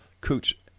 Cooch